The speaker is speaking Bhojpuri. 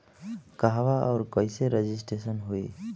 कहवा और कईसे रजिटेशन होई?